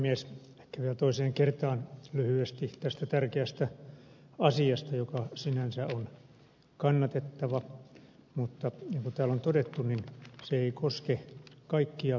ehkä vielä toiseen kertaan lyhyesti tästä tärkeästä asiasta joka sinänsä on kannatettava mutta niin kuin täällä on todettu ei koske kaikkia kuntia